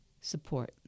support